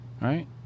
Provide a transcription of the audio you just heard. right